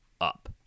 up